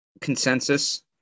consensus